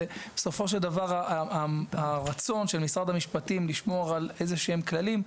ובסופו של דבר הרצון של משרד המשפטים לשמור על איזה כללים,